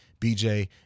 BJ